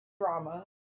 drama